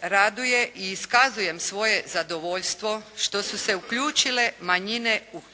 raduje i iskazujem svoje zadovoljstvo što su se uključile manjine u Republici